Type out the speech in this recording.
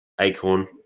acorn